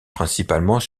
principalement